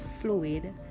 fluid